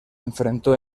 enfrentó